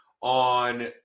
on